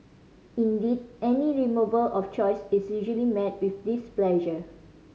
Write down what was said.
indeed any removal of choice is usually met with displeasure